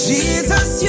Jesus